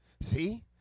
See